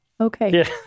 Okay